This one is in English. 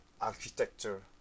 architecture